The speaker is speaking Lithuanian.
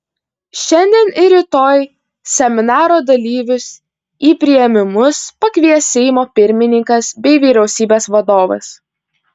šiandien ir rytoj seminaro dalyvius į priėmimus pakvies seimo pirmininkas bei vyriausybės vadovas